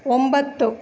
ಒಂಬತ್ತು